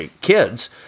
kids